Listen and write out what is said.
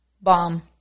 Bomb